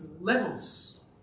levels